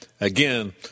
again